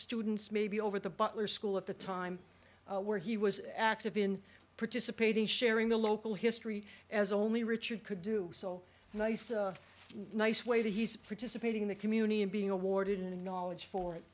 students maybe over the butler school at the time where he was active in participating sharing the local history as only richard could do so nice nice way that he's participating in the community and being awarded in the knowledge for